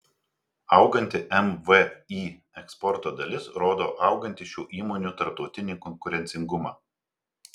auganti mvį eksporto dalis rodo augantį šių įmonių tarptautinį konkurencingumą